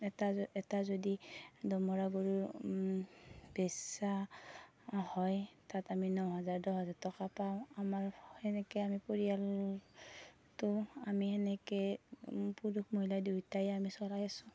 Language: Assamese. এটা যদি দমৰা গৰু বেচা হয় তাত আমি ন হাজাৰ দহ হাজাৰ টকা পাওঁ আমাৰ সেনেকৈ আমি পৰিয়ালটো আমি সেনেকৈ পুৰুষ মহিলা দুয়োটাই আমি চলাইছোঁ